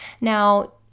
Now